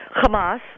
Hamas